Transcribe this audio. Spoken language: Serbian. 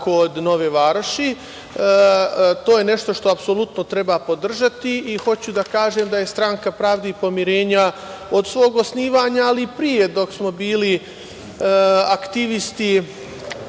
kod Nove Varoši. To je nešto što apsolutno treba podržati. Hoću da kažem da je Stranka pravde i pomirenja od svog osnivanja, ali i pre dok smo bili aktivisti,